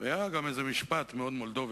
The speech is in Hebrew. היה גם משפט מאוד מולדובי,